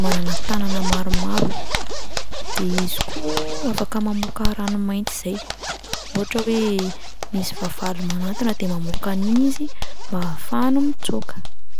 manana tànana maromaro de izy koa afaka mamoaka rano mainty izay ohatra hoe misy fahavalo manantona de mamoaka an'iny izy mba hahafahany mitsoaka.